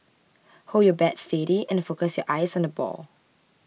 hold your bat steady and focus your eyes on the ball